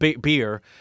beer